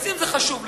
אז אם זה חשוב לך,